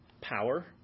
power